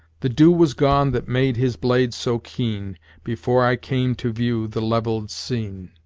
the dew was gone that made his blade so keen before i came to view the leveled scene.